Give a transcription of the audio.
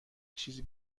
چیزی